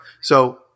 So-